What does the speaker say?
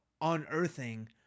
unearthing